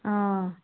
अँ